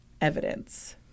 evidence